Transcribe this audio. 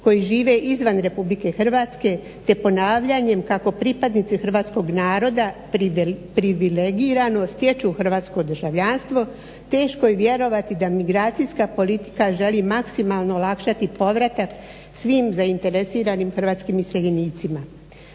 koji žive izvan RH te ponavljanjem kako pripadnici hrvatskog naroda privilegirano stječu hrvatsko državljanstvo teško je vjerovati da migracijska politika želi maksimalno olakšati povratak svim zainteresiranim hrvatskim iseljenicima.